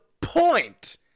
point